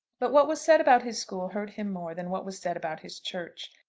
but what was said about his school hurt him more than what was said about his church.